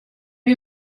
you